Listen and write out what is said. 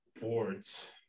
boards